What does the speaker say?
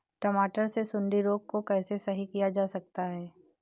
टमाटर से सुंडी रोग को कैसे सही किया जा सकता है?